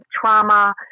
trauma